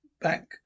back